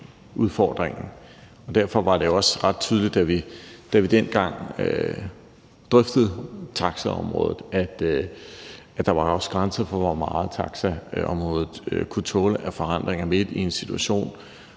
Derfor var det også ret tydeligt, da vi dengang drøftede taxaområdet, at der var grænser for, hvor meget taxaområdet kunne tåle af forandringer midt i en situation,